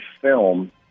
film